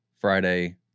friday